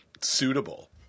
suitable